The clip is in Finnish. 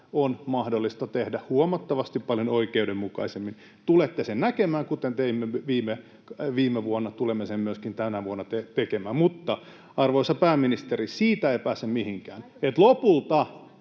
on mahdollista tehdä huomattavasti paljon oikeudenmukaisemmin. Tulette sen näkemään. Kuten teimme viime vuonna, tulemme myöskin tänä vuonna tekemään. Mutta, arvoisa pääministeri, siitä ei pääse mihinkään, että lopulta